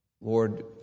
Lord